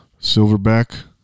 silverback